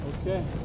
Okay